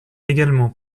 également